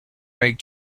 make